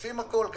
עושים הכול.